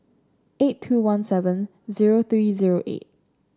eight two one seven zero three zero eight